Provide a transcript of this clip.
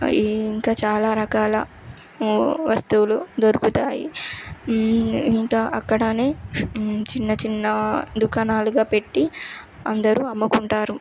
ఈ ఇంకా చాలా రకాల వస్తువులు దొరుకుతాయి ఇంకా అక్కడనే చిన్నచిన్న దుకాణాలుగా పెట్టి అందరూ అమ్ముకుంటారు